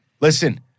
Listen